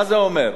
מה זה אומר?